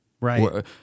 Right